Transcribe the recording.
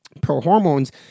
pro-hormones